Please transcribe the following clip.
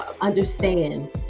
understand